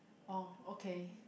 oh okay